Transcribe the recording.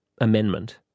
amendment